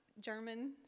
german